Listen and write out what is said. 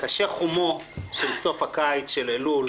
קשה חומו של סוף הקיץ של אלול,